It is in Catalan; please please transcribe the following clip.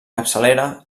capçalera